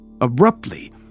Abruptly